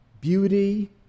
beauty